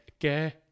okay